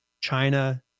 China